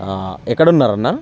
ఎక్కడున్నారు అన్నా